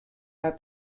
are